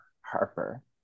Harper